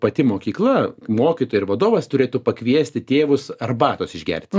pati mokykla mokytojai ir vadovas turėtų pakviesti tėvus arbatos išgerti